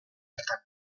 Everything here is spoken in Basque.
bertan